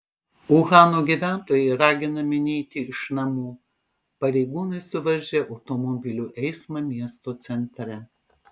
uhano gyventojai raginami neiti iš namų pareigūnai suvaržė automobilių eismą miesto centre